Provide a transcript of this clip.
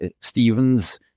steven's